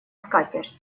скатерть